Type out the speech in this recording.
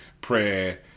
prayer